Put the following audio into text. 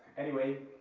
anyway,